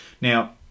Now